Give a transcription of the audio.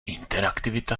interaktivita